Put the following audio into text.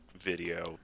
video